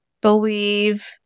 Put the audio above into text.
believe